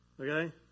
Okay